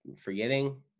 forgetting